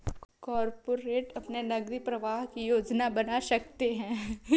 corporate अपने नकदी प्रवाह की योजना बना सकते हैं